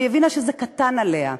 והיא הבינה שזה קטן עליה.